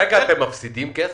כרגע אתם מפסידים כסף?